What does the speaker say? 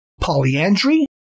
polyandry